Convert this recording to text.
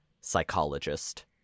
psychologist